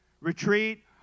retreat